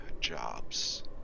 jobs